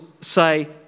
say